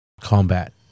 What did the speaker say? combat